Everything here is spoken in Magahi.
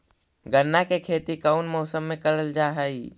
गन्ना के खेती कोउन मौसम मे करल जा हई?